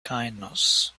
kindness